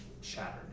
shattered